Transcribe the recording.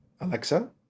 Alexa